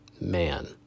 man